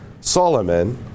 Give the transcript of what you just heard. Solomon